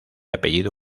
apellido